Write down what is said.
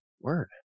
Word